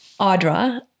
audra